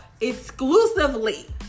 exclusively